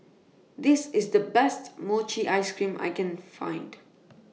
This IS The Best Mochi Ice Cream I Can Find